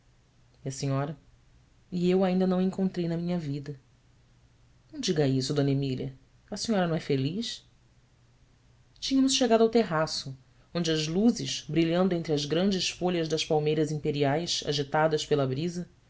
e a senhora eu ainda não encontrei na minha vida ão diga isso d emília a senhora não é feliz tínhamos chegado ao terraço onde as luzes brilhando entre as grandes folhas das palmeiras imperiais agitadas pela brisa